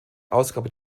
ausgabe